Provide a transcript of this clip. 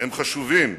הם חשובים.